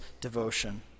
devotion